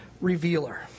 revealer